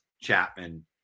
Chapman